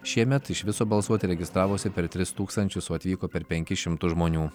šiemet iš viso balsuoti registravosi per tris tūkstančius o atvyko per penkis šimtus žmonių